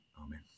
amen